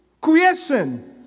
creation